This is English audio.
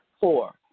Four